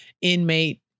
inmate